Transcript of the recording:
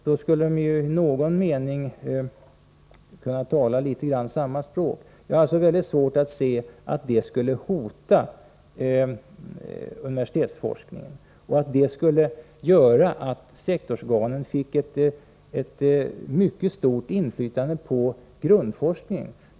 Då skulle de ju i någon mening kunna tala samma språk. Jag har alltså mycket svårt att se att detta skulle hota universitetsforskningen och att det skulle göra att sektorsorganen fick ett mycket stort inflytande på grundforskningen.